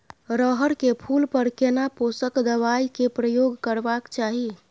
रहर के फूल पर केना पोषक दबाय के प्रयोग करबाक चाही?